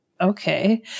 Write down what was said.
Okay